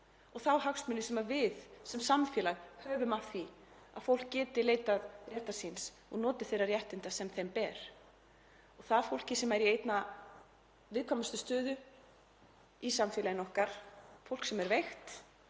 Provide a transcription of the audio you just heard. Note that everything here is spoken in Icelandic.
og þá hagsmuni sem við sem samfélag höfum af því að fólk geti leitað réttar síns og notið þeirra réttinda sem því ber, fólk sem er í einna viðkvæmastri stöðu í samfélaginu okkar, fólk sem er veikt